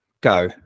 go